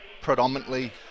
predominantly